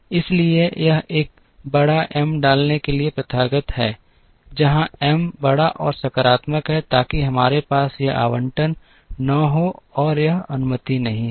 इसलिए यह एक बड़ा एम डालने के लिए प्रथागत है जहां एम बड़ा और सकारात्मक है ताकि हमारे पास यह आवंटन न हो और यह अनुमति नहीं है